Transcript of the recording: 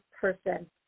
person